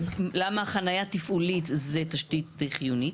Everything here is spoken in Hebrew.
למה חניה תפעולית זה תשתית חיונית.